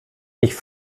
ich